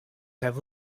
have